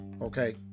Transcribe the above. Okay